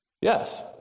Yes